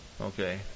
Okay